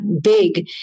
big